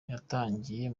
yatangiye